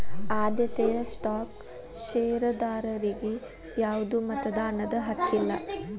ಆದ್ಯತೆಯ ಸ್ಟಾಕ್ ಷೇರದಾರರಿಗಿ ಯಾವ್ದು ಮತದಾನದ ಹಕ್ಕಿಲ್ಲ